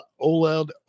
OLED